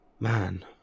Man